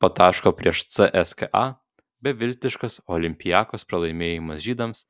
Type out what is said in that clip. po taško prieš cska beviltiškas olympiakos pralaimėjimas žydams